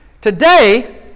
Today